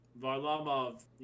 Varlamov